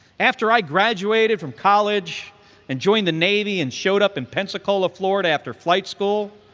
after i graduated from college and joined the navy and showed up in pensacola, florida after flight school,